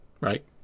Right